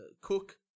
Cook